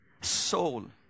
Soul